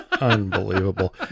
Unbelievable